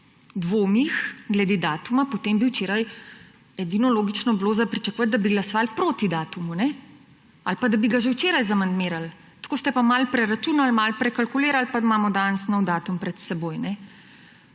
dvomih glede datuma, potem bi včeraj edino logično bilo pričakovati, da bi glasovali proti datumu ali pa da bi ga že včeraj amandmirali. Tako ste pa malo preračunali, malo prekalkulirali, pa imamo danes nov datum pred seboj. In